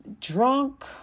drunk